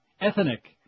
Ethnic